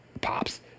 pops